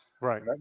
Right